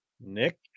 Nick